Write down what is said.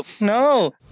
No